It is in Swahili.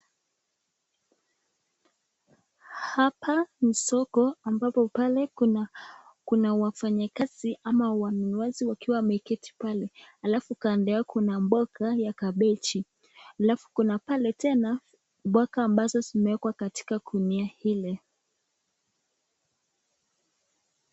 Hapa ni soko ambapo pale kuna wafanyikazi ama wanunuzi wakowa wameketi pale halafu kando yao kuna mboga ya kabeji halafu kuna pale tena mboga ambazo zimewekwa katika gunia ile.